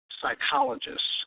psychologists